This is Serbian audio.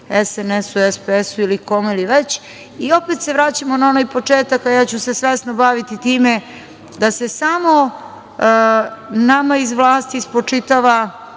SNS, SPS ili kome već i opet se vraćamo na onaj početak, a ja ću se svesno baviti time da se samo nama iz vlasti spočitava